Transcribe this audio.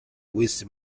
with